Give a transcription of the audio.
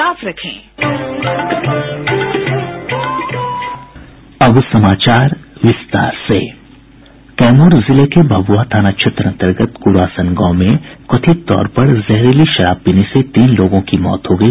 sound bite Kaimur जिले के भभुआ थाना क्षेत्र अंतर्गत कूरासन गांव में कथित तौर पर जहरीली शराब पीने से तीन लोगों की मौत हो गई